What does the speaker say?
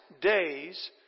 days